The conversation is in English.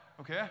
okay